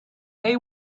they